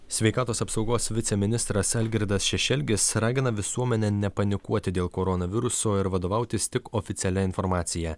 sveikatos apsaugos viceministras algirdas šešelgis ragina visuomenę nepanikuoti dėl koronaviruso ir vadovautis tik oficialia informacija